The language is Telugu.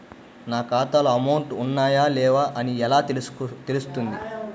నా ఖాతాలో అమౌంట్ ఉన్నాయా లేవా అని ఎలా తెలుస్తుంది?